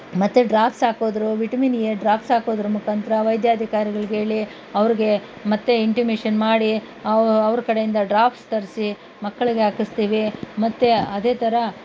ಮತ್ತೆ ಡ್ರಾಪ್ಸ್ ಹಾಕೋದರ vitamin A drops ಹಾಕೋದರ ಮುಖಾಂತರ ವೈದ್ಯಾಧಿಕಾರಿಗಳ್ಗೆ ಹೇಳಿ ಅವ್ರಿಗೆ ಮತ್ತೆ ಇಂಟಿಮೇಶನ್ ಮಾಡಿ ಅವ್ರ ಕಡೆಯಿಂದ ಡ್ರಾಪ್ಸ್ ತರಿಸಿ ಮಕ್ಕಳಿಗೆ ಹಾಕಿಸ್ತೀವಿ ಮತ್ತು ಅದೇ ಥರ